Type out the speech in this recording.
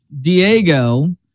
Diego